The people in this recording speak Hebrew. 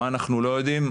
מה אנחנו לא יודעים?